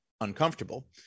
uncomfortable